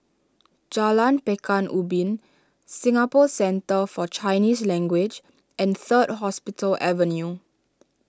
Jalan Pekan Ubin Singapore Centre for Chinese Language and Third Hospital Avenue